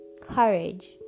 courage